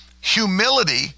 Humility